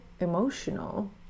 emotional